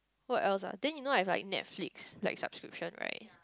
what else ah then you know if like Netflix like subscription right